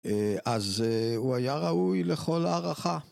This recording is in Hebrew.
אז הוא היה ראוי לכל הערכה.